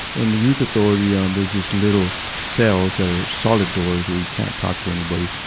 in the youth authority, um, there're just little cells that are solid doors where you can't talk to anybody.